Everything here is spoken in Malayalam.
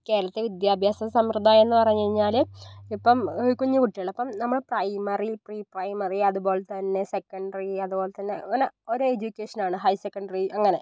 കേരളത്തിലെ വിദ്യാഭ്യാസ സമ്പ്രദായമെന്ന് പറഞ്ഞ് കഴിഞ്ഞാല് ഇപ്പം കുഞ്ഞു കുട്ടികള് അപ്പം നമ്മള് പ്രൈമറി പ്രീ പ്രൈമറി അതുപോലെ തന്നെ സെക്കൻഡറി അതുപോലെ തന്നെ ഇങ്ങനെ ഓരോ എജുക്കേഷൻ ആണ് ഹയർസെക്കൻഡറി അങ്ങനെ